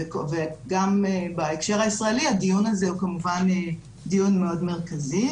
גם בהקשר הישראלי הדיון הזה הוא כמובן דיון מאוד מרכזי,